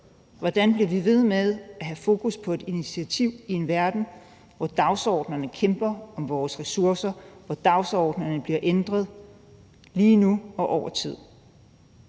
Hvordan bliver vi ved med at have fokus på et initiativ i en verden, hvor dagsordenerne kæmper om vores ressourcer, hvor dagsordenerne bliver ændret lige nu og over tid?